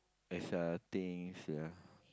there's are things ya